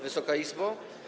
Wysoka Izbo!